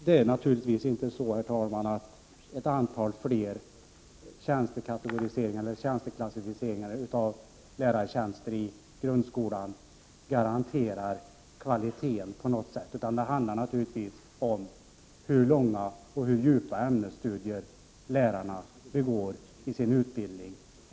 Det är naturligtvis inte så att ytterligare ett antal tjänsteklassificeringar vad gäller lärartjänster inom grundskolan på något sätt garanterar kvalitet. Det handlar givetvis inte om någonting annat än hur långa och hur djupa ämnesstudier lärarna bedriver inom sin utbildning.